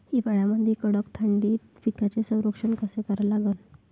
हिवाळ्यामंदी कडक थंडीत पिकाचे संरक्षण कसे करा लागन?